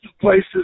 places